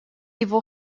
его